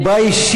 הוא בא אישית,